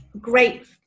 great